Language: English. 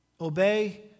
Obey